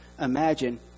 imagine